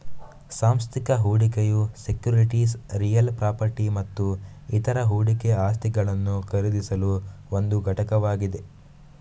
ಸಾಂಸ್ಥಿಕ ಹೂಡಿಕೆಯು securities real property ಮತ್ತು ಇತರ ಹೂಡಿಕೆ ಆಸ್ತಿಗಳನ್ನು ಖರೀದಿಸಲು ಒಂದು ಘಟಕವಾಗಿದೆ